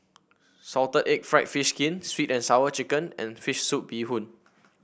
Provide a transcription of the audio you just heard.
Salted Egg fried fish skin sweet and Sour Chicken and fish soup Bee Hoon